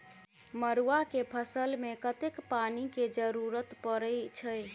मड़ुआ केँ फसल मे कतेक पानि केँ जरूरत परै छैय?